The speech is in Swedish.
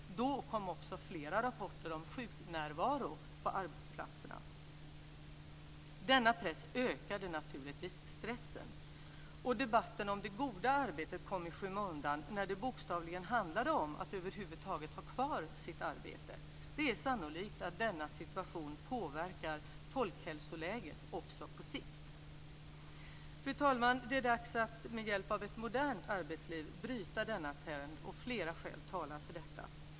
Då kom också flera rapporter om sjuknärvaro på arbetsplatserna. Denna press ökade naturligtvis stressen, och debatten om det goda arbetet kom i skymundan när det bokstavligen handlade om att över huvud taget ha kvar sitt arbete. Det är sannolikt att denna situation påverkar folkhälsoläget också på sikt. Fru talman! Det är dags att med hjälp av ett modernt arbetsliv bryta denna trend. Flera skäl talar för detta.